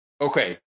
Okay